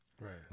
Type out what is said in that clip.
Right